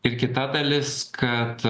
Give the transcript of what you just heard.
ir kita dalis kad